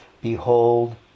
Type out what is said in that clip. Behold